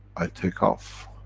i take off,